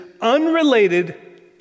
unrelated